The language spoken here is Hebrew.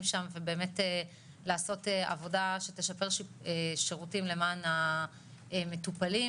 שם ובאמת לעשות עבודה שתשפר שירותים למען המטופלים,